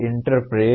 interpret